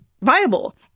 viable